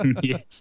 Yes